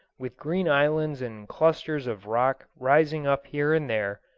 with green islands and clusters of rock rising up here and there,